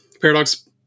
Paradox